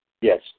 Yes